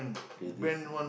with this